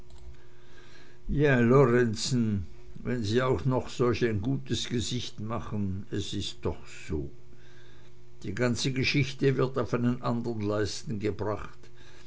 ja lorenzen wenn sie auch noch solch gutes gesicht machen es ist doch so die ganze geschichte wird auf einen andern leisten gebracht